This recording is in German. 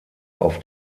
auf